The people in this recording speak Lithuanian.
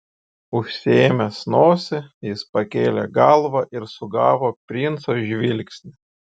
užsiėmęs nosį jis pakėlė galvą ir sugavo princo žvilgsnį